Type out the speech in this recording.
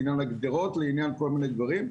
לעניין הגדרות ולכל מיני דברים.